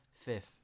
Fifth